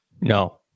no